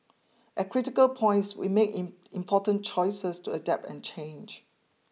at critical points we made in important choices to adapt and change